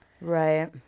Right